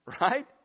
right